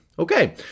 Okay